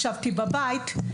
ישבתי בבית.